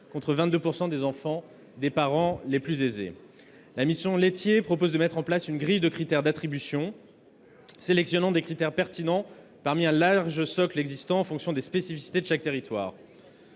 contre 22 % des enfants des parents les plus aisés. La mission Laithier propose de mettre en place une grille d'attribution en sélectionnant des critères pertinents parmi un large socle existant, en fonction des spécificités de chaque territoire.